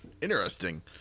Interesting